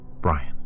Brian